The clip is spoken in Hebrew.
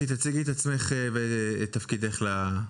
בבקשה.